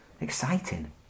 exciting